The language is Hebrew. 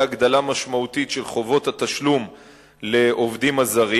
הגדלה משמעותית של חובות התשלום לעובדים הזרים,